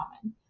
common